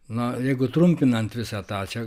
na jeigu trumpinant visą tą čia